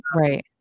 right